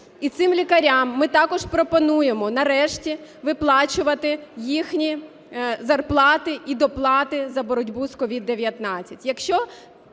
І цим лікарям ми також пропонуємо, нарешті, виплачувати їхні зарплати і доплати за боротьбу з COVID-19.